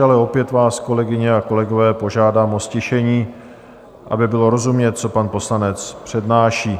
Ale opět vás, kolegyně a kolegové, požádám o ztišení, aby bylo rozumět, co pan poslanec přednáší.